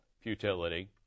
futility